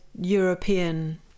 European